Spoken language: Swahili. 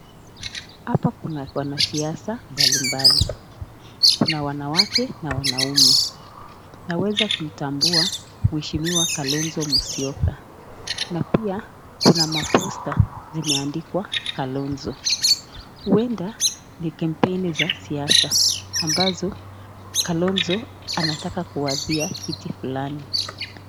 Hapa kuna wanasiasa mbalimbali. Kuna wanawake na wanaume. Naweza kumtambua Mheshimiwa Kalonzo Musyoka. Na pia kuna maposta zimeandikwa Kalonzo. Huenda ni kampeni za siasa ambazo Kalonzo anataka kuwadhia kiti fulani.